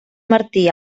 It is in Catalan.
martí